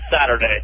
Saturday